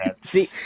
See